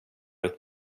ett